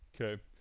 Okay